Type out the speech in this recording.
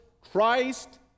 Christ